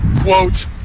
quote